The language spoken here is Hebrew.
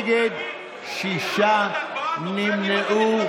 בליכוד, וחבריי בימין,